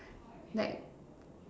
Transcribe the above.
like